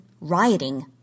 rioting